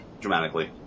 dramatically